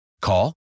Call